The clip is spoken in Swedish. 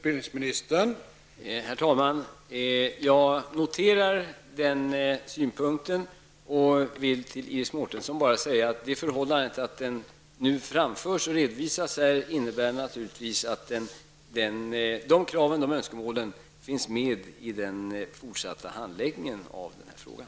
Herr talman! Jag noterar Iris Mårtenssons synpunkter och vill bara säga till henne att det förhållandet att synpunkterna redovisas här naturligtvis innebär att önskemålen finns med i den fortsatta handläggningen av frågan.